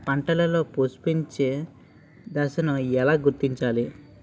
పంటలలో పుష్పించే దశను ఎలా గుర్తించాలి?